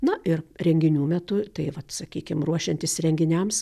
na ir renginių metu tai vat sakykim ruošiantis renginiams